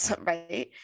right